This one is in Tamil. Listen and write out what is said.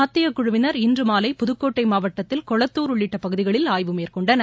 மத்தியக் குழுவினர் இன்றுமாலை புதுக்கோட்டை மாவட்டத்தில் கொளத்தூர் உள்ளிட்ட பகுதிகளில் ஆய்வு மேற்கொண்டனர்